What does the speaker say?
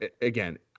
again